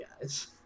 guys